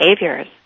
behaviors